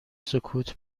سکوت